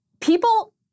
People